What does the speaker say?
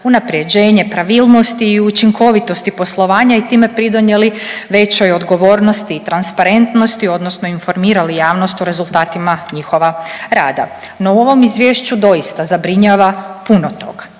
unapređenje pravilnosti i učinkovitosti poslovanja i time pridonijeli većoj odgovornosti i transparentnosti odnosno informirali javnost o rezultatima njihova rada. No, u ovom izvješću doista zabrinjava puno toga.